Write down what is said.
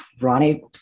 Ronnie